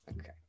Okay